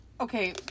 Okay